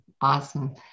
Awesome